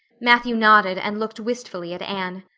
matthew nodded and looked wistfully at anne.